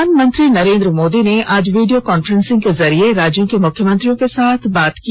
प्रधानमंत्री नरेंद्र मोदी ने आज वीडियो कांफ्रेंस के जरिये राज्यों के मुख्यमंत्रियों के साथ बात की